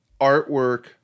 artwork